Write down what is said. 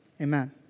Amen